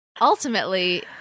ultimately